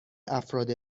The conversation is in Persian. افراد